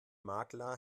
makler